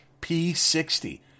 P60